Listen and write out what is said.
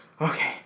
Okay